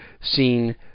seen